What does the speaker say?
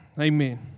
Amen